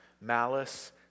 malice